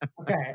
Okay